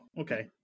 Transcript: okay